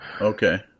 Okay